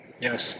Yes